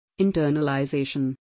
Internalization